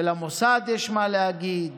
למוסד יש מה להגיד